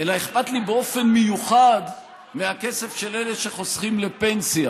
אכפת לי באופן מיוחד מהכסף של אלה שחוסכים לפנסיה,